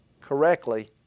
correctly